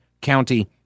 county